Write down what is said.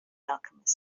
alchemist